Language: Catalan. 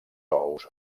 ous